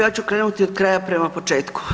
Ja ću krenuti od kraja prema početku.